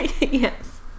Yes